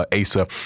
Asa